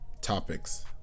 topics